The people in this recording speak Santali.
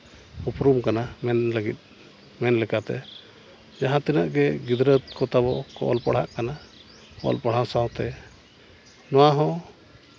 ᱩᱯᱨᱩᱢ ᱠᱟᱱᱟ ᱢᱮᱱ ᱞᱟᱹᱜᱤᱫ ᱢᱮᱱ ᱞᱮᱠᱟᱛᱮ ᱡᱟᱦᱟᱸ ᱛᱤᱱᱟᱹᱜ ᱜᱮ ᱜᱤᱫᱽᱨᱟᱹ ᱠᱚ ᱛᱟᱵᱚ ᱚᱞ ᱯᱟᱲᱦᱟᱜ ᱠᱟᱱᱟ ᱚᱞ ᱯᱟᱲᱦᱟᱣ ᱥᱟᱶᱛᱮ ᱱᱚᱣᱟ ᱦᱚᱸ